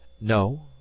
no